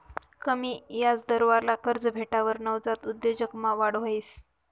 कमी याजदरवाला कर्ज भेटावर नवजात उद्योजकतामा वाढ व्हस